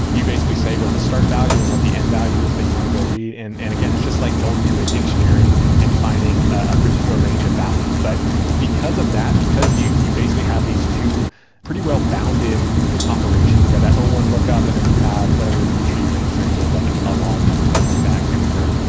you basically say what the start value and what the end value is that you want to go read. and and again, it's just like going to a dictionary and finding a particular range of values. but because of that, because you you basically have these two pretty well bounded operations, you have that one lookup and then you have whatever the b-tree range search is, like and a log in or something and like that. i can't remember.